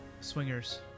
Swingers